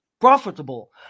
profitable